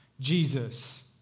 Jesus